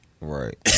Right